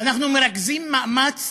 אנחנו מרכזים מאמץ